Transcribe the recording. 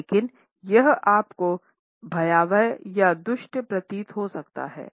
लेकिन यह आपको भयावह या दुष्ट प्रतीत हो सकता है